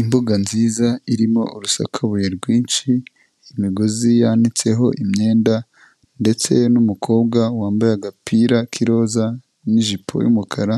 Imbuga nziza irimo urusakubuye rwinshi, imigozi yanitseho imyenda, ndetse n'umukobwa wambaye agapira k'iroza, n'ijipo y'umukara